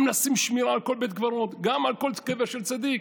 לשים שמירה על כל בית קברות וגם על קבר של צדיק?